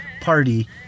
party